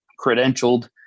credentialed